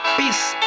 peace